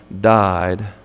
died